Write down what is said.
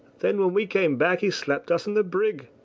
then when we came back, he slapped us in the brig!